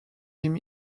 him